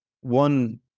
One